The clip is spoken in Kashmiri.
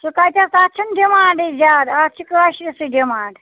سُہ کَتہِ حظ تَتھ چھِنہٕ ڈِمانٛڈٕے زیادٕ اَتھ چھِ کٲشرِسٕے ڈِمانٛڈ